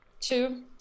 Two